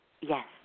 Yes